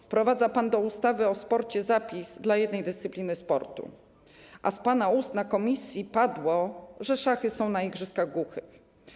Wprowadza pan do ustawy o sporcie zapis dla jednej dyscypliny sportu, a z pana ust na posiedzeniu komisji padło, że szachy są na igrzyskach głuchych.